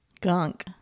gunk